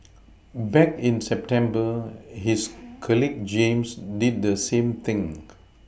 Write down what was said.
back in September his colleague James did the same thing